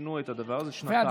שינו את הדבר הזה, שנתיים.